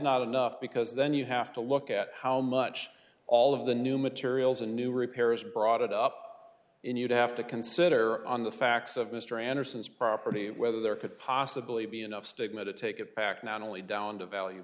not enough because then you have to look at how much all of the new materials and new repair is brought up and you have to consider on the facts of mr anderson's property whether there could possibly be enough stigma to take it back not only down to value